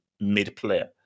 mid-player